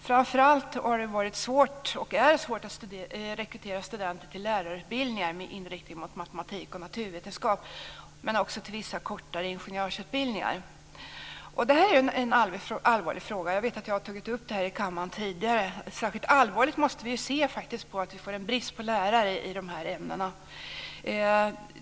Framför allt har det varit svårt och är svårt att rekrytera studenter till lärarutbildningar med inriktning mot matematik och naturvetenskap, men också till vissa kortare ingenjörsutbildningar. Det här är en allvarlig fråga. Jag vet att jag har tagit upp det här i kammaren tidigare. Särskilt allvarligt måste vi se på att vi får en brist på lärare i de här ämnena.